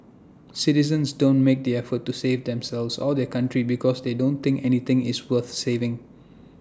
citizens don't make the effort to save themselves or their country because they don't think anything is worth saving